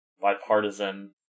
bipartisan